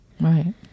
Right